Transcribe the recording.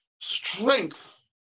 strength